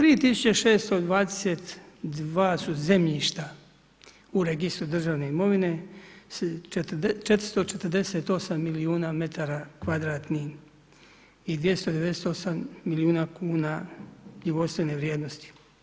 3622 su zemljišta u registru državne imovine, 448 milijuna metara kvadratnih i 298 milijuna kuna knjigovodstvene vrijednosti.